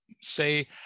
say